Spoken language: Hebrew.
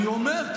אני אומר,